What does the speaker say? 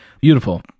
beautiful